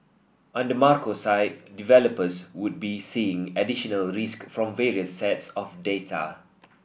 on the macro side developers would be seeing additional risk from various sets of data